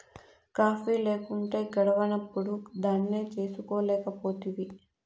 coffee లేకుంటే గడవనప్పుడు దాన్నే చేసుకోలేకపోతివి